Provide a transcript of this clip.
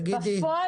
בפועל